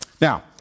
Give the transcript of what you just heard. Now